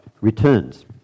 returns